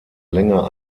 länger